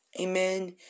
Amen